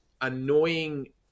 annoying